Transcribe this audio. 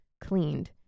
cleaned